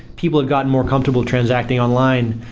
people have gotten more comfortable transacting online,